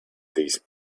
these